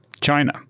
China